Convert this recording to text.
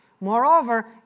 Moreover